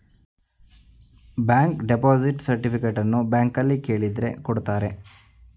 bank deposit ಸರ್ಟಿಫಿಕೇಟನ್ನು ಬ್ಯಾಂಕ್ನಲ್ಲಿ ಕೇಳಿದ್ರೆ ಕೊಡ್ತಾರೆ